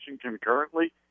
concurrently